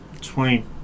Twenty